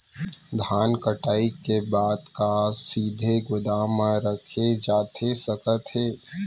धान कटाई के बाद का सीधे गोदाम मा रखे जाथे सकत हे?